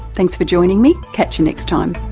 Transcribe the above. thanks for joining me, catch you next time